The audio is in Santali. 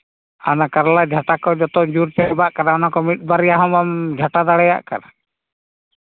ᱟᱨ ᱚᱱᱟ ᱠᱟᱨᱟ ᱡᱷᱟᱴᱟ ᱠᱚ ᱡᱚᱛᱚ ᱧᱩᱨ ᱪᱟᱵᱟᱜ ᱠᱟᱱᱟ ᱢᱤᱫ ᱵᱟᱨᱭᱟ ᱦᱚᱸ ᱵᱟᱢ ᱡᱷᱟᱴᱟ ᱫᱟᱲᱮᱭᱟᱜ ᱠᱟᱱᱟ